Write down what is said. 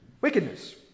wickedness